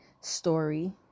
story